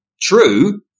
true